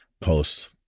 post